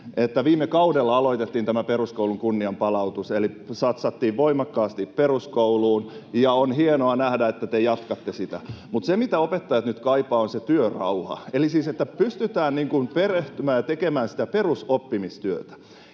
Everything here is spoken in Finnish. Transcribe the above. viime kaudella aloitettiin tämä peruskoulun kunnianpalautus eli satsattiin voimakkaasti peruskouluun. [Timo Heinosen välihuuto] On hienoa nähdä, että te jatkatte sitä. Mutta se, mitä opettajat nyt kaipaavat, on työrauha eli siis se, että pystytään perehtymään ja tekemään sitä perusoppimistyötä.